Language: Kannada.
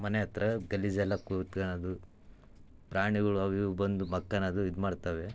ಮನೆ ಹತ್ತಿರ ಗಲೀಜೆಲ್ಲ ಕೂತ್ಕಳದು ಪ್ರಾಣಿಗಳು ಅವು ಇವು ಬಂದು ಮಲ್ಕಣದು ಇದು ಮಾಡ್ತವೆ